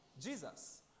Jesus